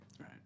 Right